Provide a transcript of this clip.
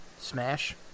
Smash